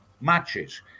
matches